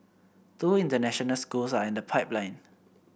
two international schools are in the pipeline